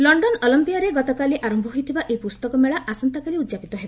London ଅଲମ୍ପିଆରେ ଗତକାଲି ଆରମ୍ଭ ହୋଇଥିବା ଏହି ପୁସ୍ତକମେଳା ଆସନ୍ତାକାଲି ଉଦ୍ଯାପିତ ହେବ